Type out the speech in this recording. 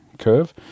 Curve